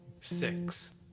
six